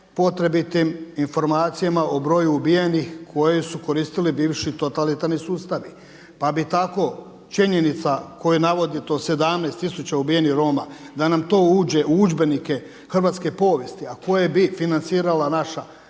potrebitim informacijama o broju ubijenih koje su koristili bivši totalitarni sustavi. Pa bi tako činjenica koju navodi to 17000 ubijenih Roma da nam to uđe u udžbenike hrvatske povijesti, a koje bi financirala naša